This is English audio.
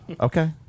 Okay